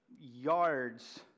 yards